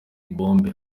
bombe